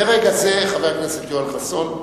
חבר הכנסת יואל חסון,